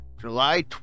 July